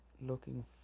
looking